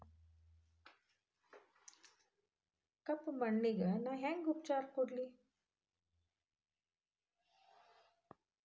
ಕಪ್ಪ ಮಣ್ಣಿಗ ನಾ ಹೆಂಗ್ ಉಪಚಾರ ಕೊಡ್ಲಿ?